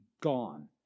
gone